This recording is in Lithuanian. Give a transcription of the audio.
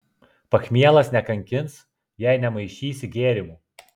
pachmielas nekankins jei nemaišysi gėrimų